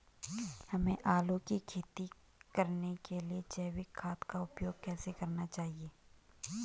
हमें आलू की खेती करने के लिए जैविक खाद का उपयोग कैसे करना चाहिए?